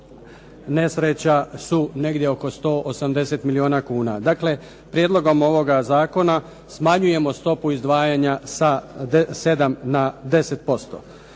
nesreća su negdje oko 180 milijuna kuna. Dakle, prijedlogom ovoga zakona smanjujemo stopu izdvajanja sa 7 na 10%.